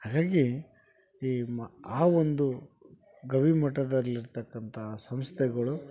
ಹಾಗಾಗಿ ಈ ಆ ಒಂದು ಗವಿಮಠದಲ್ಲಿರ್ತಕ್ಕಂಥ ಸಂಸ್ಥೆಗಳು